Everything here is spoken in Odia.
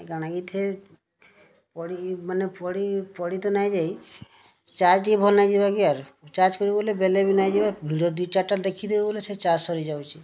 କ'ଣ କି ଏଇଠି ପଡ଼ି ମାନେ ପଡ଼ି ପଡ଼ି ତ ନାହିଁ ଯାଇ ଚାର୍ଜ୍ ଟିକେ ଭଲ ନାହିଁ ବାକି ଆର୍ ଚାର୍ଜ୍ କରିବୁ ବୋଇଲେ ବୋଇଲେ ବି ନାହିଁ ଯିବାର ଭିଡିଓ ଦୁଇ ଚାରିଟା ଦେଖିଦେବୁ ବୋଇଲେ ସେ ଚାର୍ଜ୍ ସରିଯାଉଛି